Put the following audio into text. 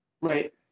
right